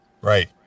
Right